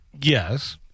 Yes